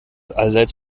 allseits